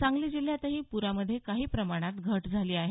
सांगली जिल्ह्यातही पूरामध्ये काही प्रमाणात घट झाली आहे